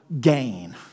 gain